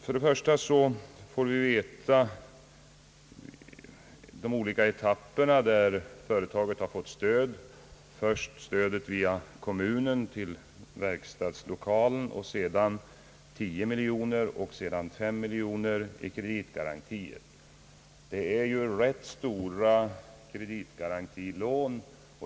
Vi har hört talas om de olika etapper i vilka företaget har fått stöd: först stödet via kommunen till verkstadslokalen, sedan 10 miljoner och därefter ytterligare 5 miljoner i kreditgarantier. Det är rätt stora kreditgarantilån.